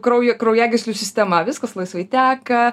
kraujo kraujagyslių sistema viskas laisvai teka